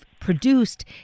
produced